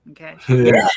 Okay